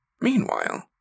Meanwhile